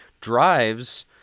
drives